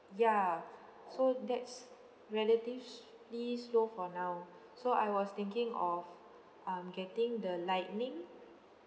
ya so that's relatively slow for now so I was thinking of um getting the lightning